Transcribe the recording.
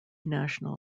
national